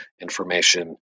information